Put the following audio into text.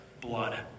blood